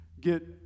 get